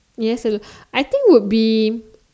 yes that's I think would be